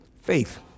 faith